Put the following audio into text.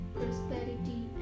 prosperity